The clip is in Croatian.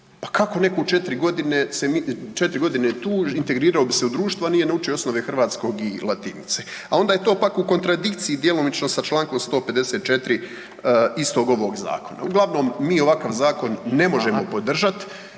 Kako neko se u četiri godine integrirao bi se u društvo, a nije naučio osnove hrvatskog i latinice? A onda je to pak u kontradikciji djelomično sa čl. 154. istog ovog zakona. Uglavnom mi ovakav zakon ne možemo podržat,